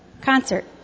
concert